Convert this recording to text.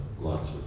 lots